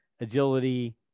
agility